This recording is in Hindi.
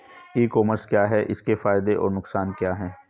ई कॉमर्स क्या है इसके फायदे और नुकसान क्या है?